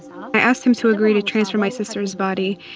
i asked him to agree to transfer my sister's body.